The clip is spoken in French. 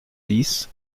dix